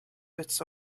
bits